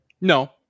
No